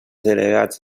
delegats